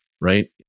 Right